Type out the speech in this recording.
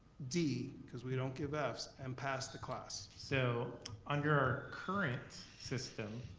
d, cause we don't give fs, and pass the class. so under our current system,